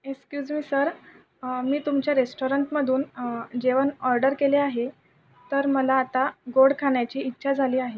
excuse me sir मी तुमच्या रेस्टॉरंटमधून जेवण ऑर्डर केले आहे तर मला आता गोड खाण्याची इच्छा झाली आहे